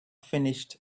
finished